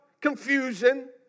confusion